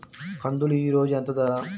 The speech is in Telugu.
కందులు ఈరోజు ఎంత ధర?